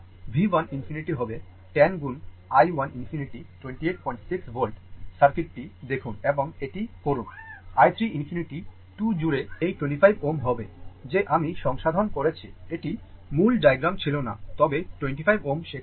V 1 ∞ হবে 10 গুণ i 1 ∞ 286 volt circuit টি দেখুন এবং এটি করুন i 3 ∞ 2 জুড়ে এই 25 Ω হবে যে আমি সংশোধন করেছি এটি মূল ডায়াগ্রামে ছিল না তবে 25 Ω সেখানে আছে